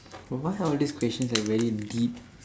why all these questions like very deep